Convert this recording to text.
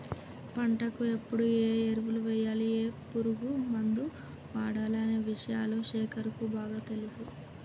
పంటకు ఎప్పుడు ఏ ఎరువులు వేయాలి ఏ పురుగు మందు వాడాలి అనే విషయాలు శేఖర్ కు బాగా తెలుసు